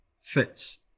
fits